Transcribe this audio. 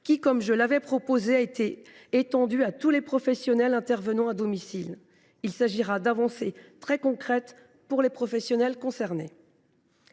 qui, comme je l’avais proposé, a été étendue à tous les professionnels intervenant à domicile. Il s’agira d’avancées très concrètes pour les professionnels concernés.